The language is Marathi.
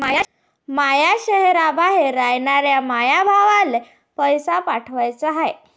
माया शैहराबाहेर रायनाऱ्या माया भावाला पैसे पाठवाचे हाय